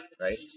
Right